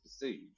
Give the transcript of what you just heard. perceived